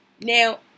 Now